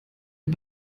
den